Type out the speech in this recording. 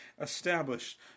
established